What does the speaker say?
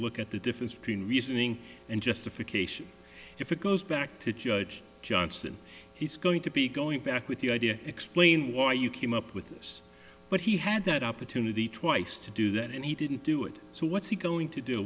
look at the difference between reasoning and justification if it goes back to judge johnson he's going to be going back with the idea explain why you came up with this but he had that opportunity twice to do that and he didn't do it so what's he going to do